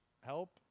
help